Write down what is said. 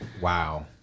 Wow